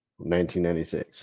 1996